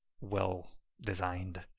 well-designed